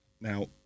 Now